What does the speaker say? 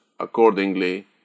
Accordingly